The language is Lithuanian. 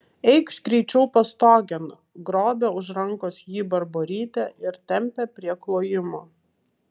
eikš greičiau pastogėn grobia už rankos jį barborytė ir tempia prie klojimo